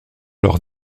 leur